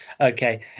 okay